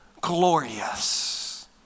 glorious